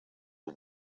all